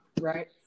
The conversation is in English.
right